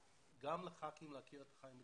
וגם למנהיגים היהודיים ברחבי העולם להכיר אותם מקרוב.